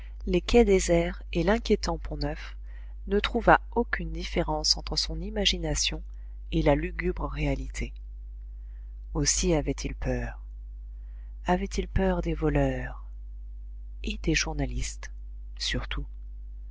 les quais déserts et l'inquiétant pont-neuf ne trouva aucune différence entre son imagination et la lugubre réalité aussi avait-il peur avait-il peur des voleurs et des journalistes surtout